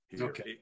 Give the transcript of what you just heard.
Okay